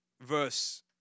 verse